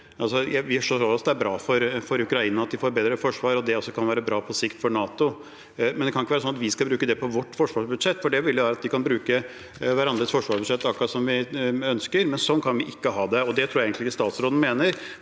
skjønner også at det er bra for Ukraina at de får et bedre forsvar, og at det også kan være bra på sikt for NATO, men det kan ikke være sånn at vi skal bruke det på vårt forsvarsbudsjett, for det ville jo gjort at vi kunne brukt hverandres forsvarsbudsjett akkurat som vi selv ønsket. Sånn kan vi ikke ha det, og det tror jeg ikke statsråden egentlig